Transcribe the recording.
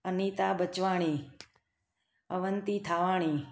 Anita Bachwani Avanti Thawani